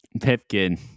Pipkin